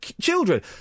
children